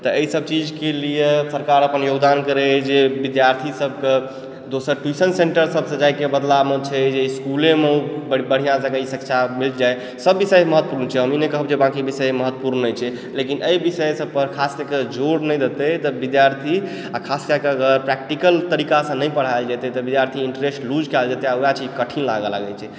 तऽ एहि सब चीजके लिए सरकार अपन योगदान करय जे विद्यार्थी सबके दोसर टयूशन सेण्टर सबसँ जाए कऽ बदलामे छै जे इसकुलेमे बढ़िऑं जकाँ शिक्षा मिल जाए सब विषय महत्वपुर्ण छै हम ई नहि कहब कि बाँकी विषय महत्वपुर्ण नहि छै लेकिन एहि विषय सब पर खास कर कऽ जोड़ नहि देतै तऽ विद्यार्थी आ खास कए कऽ प्रेक्टिकल तरीका से नहि पढ़ाएल जेतै तऽ विद्यार्थी इन्ट्रेस्ट लुज कए लेतै आ वएह चीज कठिन लागऽ लागै छै